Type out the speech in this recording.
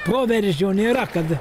proveržio nėra kad